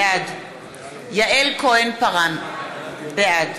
בעד יעל כהן-פארן, בעד